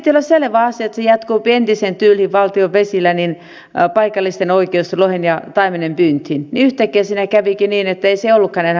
elikkä kun sen piti olla selvä asia että paikallisten oikeus lohen ja taimenen pyyntiin jatkuupi entiseen tyyliin valtion vesillä niin yhtäkkiä siinä kävikin niin ettei se ollutkaan enää mahdollista